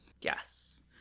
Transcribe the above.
Yes